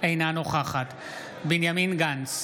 אינה נוכחת בנימין גנץ,